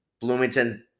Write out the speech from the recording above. Bloomington